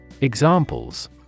Examples